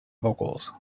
vocals